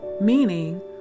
Meaning